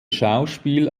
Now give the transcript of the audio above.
schauspiel